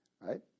Right